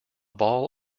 ball